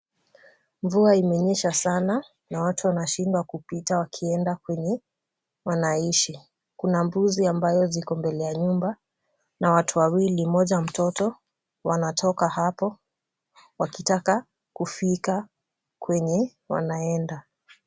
Mvua imenyesha sana na watu wanashindwa kupita wakienda kwenye wanaishi. Kuna mbuzi ambayo ziko mbele ya nyumba na watu wawili, mmoja mtoto. Wanatoka hapo wakitaka kufika kwenye wanaenda.